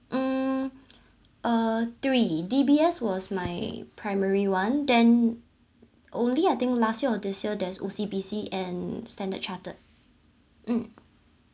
mm uh three D_B_S was my primary one then only I think last year or this year there's O_C_B_C and standard chartered mm